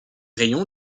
rayons